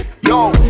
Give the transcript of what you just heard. yo